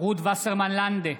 רות וסרמן לנדה,